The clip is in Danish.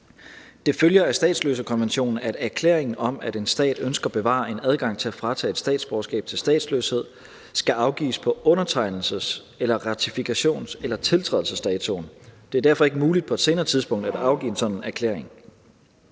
Det følger af statsløsekonventionen, at erklæringen om, at en stat ønsker at bevare en adgang til at fratage et statsborgerskab til statsløshed, skal afgives på undertegnelses- eller ratifikations- eller tiltrædelsesdatoen. Det er derfor ikke muligt på et senere tidspunkt at afgive en sådan erklæring.